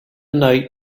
night